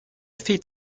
feet